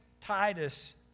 Titus